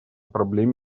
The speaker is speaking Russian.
проблеме